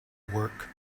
work